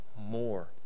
more